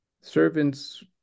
servants